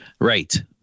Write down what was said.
Right